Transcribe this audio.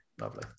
Lovely